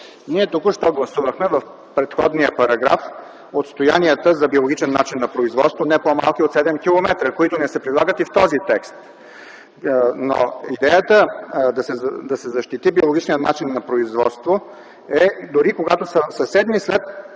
Ние току-що гласувахме в предходния параграф отстоянията за биологичен начин на производство – не по-малки от 7 км, които ни се предлагат и в този текст. Но идеята да се защити биологичния начин на производство е дори когато са съседни след